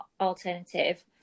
alternative